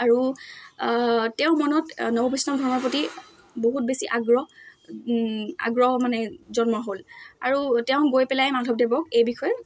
আৰু তেওঁৰ মনত নৱ বৈষ্ণৱ ধৰ্ম প্ৰতি বহুত বেছি আগ্ৰহ আগ্ৰহ মানে জন্ম হ'ল আৰু তেওঁ গৈ পেলাই মাধৱদেৱক এই বিষয়ে